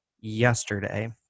yesterday